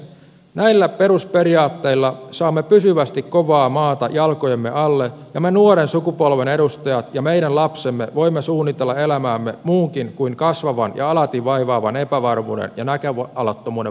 näillä perusperiaatteilla saamme pysyvästi kovaa maata jalkojemme alle ja me nuoren sukupolven edustajat ja meidän lapsemme voimme suunnitella elämäämme muunkin kuin kasvavan ja alati vaivaavan epävarmuuden ja näköalattomuuden vallitessa